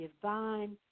divine